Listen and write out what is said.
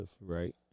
right